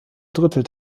drittel